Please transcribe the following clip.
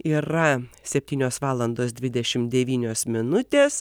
yra septynios valandos dvidešimt devynios minutės